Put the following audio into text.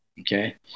Okay